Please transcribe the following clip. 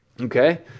Okay